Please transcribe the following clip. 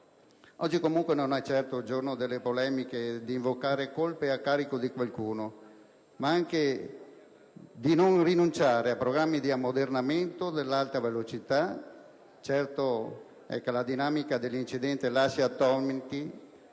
Oggi, comunque, non è certo il giorno delle polemiche né quello di invocare colpe a carico di qualcuno, ma neanche di rinunciare a programmi di ammodernamento dell'Alta velocità. Certo è che la dinamica dell'incidente lascia attoniti